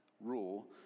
rule